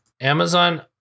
Amazon